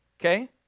okay